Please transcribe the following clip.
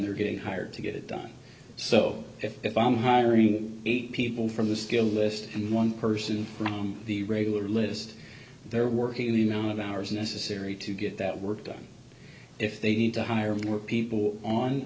they're getting hired to get it done so if if i'm hiring people from the skills list and one person from the regular list they're working the amount of hours necessary to get that work done if they need to hire more people on